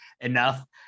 enough